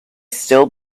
still